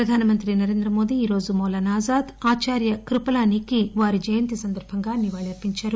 ప్రధానమంత్రి నరేంద్రమోదీ ఈరోజు మౌలానా ఆజాద్ ఆచార్య కృపలానీ వారి జయంతి సందర్భంగా నివాళి అర్పించారు